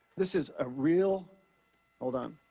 this is a real hold on.